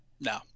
No